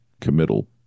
committal